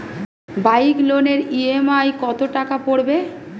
Bike লোনের EMI কত টাকা পড়বে?